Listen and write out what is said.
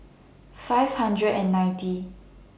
five hundred and ninety